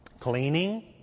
Cleaning